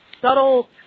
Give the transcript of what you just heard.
subtle